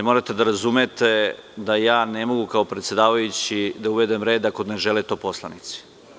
Morate da razumete da ja ne mogu kao predsedavajući da uvedem red ako ne žele to poslanici.